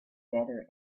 better